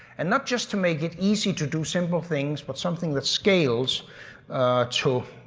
and not just to make it easy to do simple things but something that scales to.